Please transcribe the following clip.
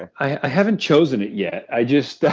i haven't chosen it yet. i just,